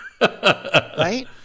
right